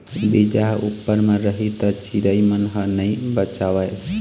बीजा ह उप्पर म रही त चिरई मन ह नइ बचावय